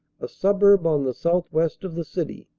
a suburb on the southwest of the city,